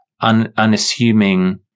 unassuming